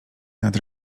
nad